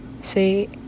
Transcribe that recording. See